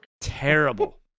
terrible